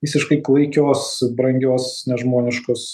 visiškai klaikios brangios nežmoniškos